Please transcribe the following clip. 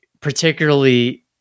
particularly